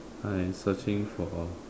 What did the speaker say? I searching for